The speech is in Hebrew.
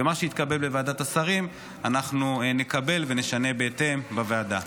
ומה שיתקבל בוועדת השרים אנחנו נקבל ונשנה בהתאם בוועדה.